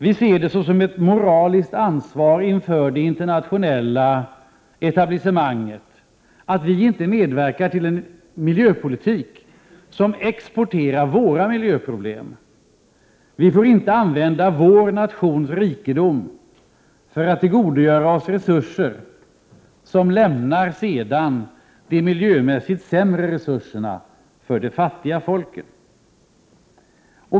Vi ser det så som ett moraliskt ansvar inför det internationella etablissemanget att vi inte medverkar till en miljöpolitik som exporterar våra miljöproblem. Vi får inte använda vår nations rikedom för att tillgodogöra oss resurser som lämnar de miljömässigt sämre resurserna till de fattiga folken.